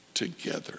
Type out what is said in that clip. together